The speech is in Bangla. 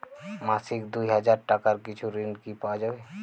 মাসিক দুই হাজার টাকার কিছু ঋণ কি পাওয়া যাবে?